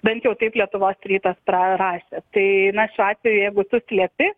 bent jau taip lietuvos rytas parašė tai na šiuo atveju jeigu tu slepi